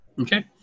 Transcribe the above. Okay